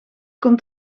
komt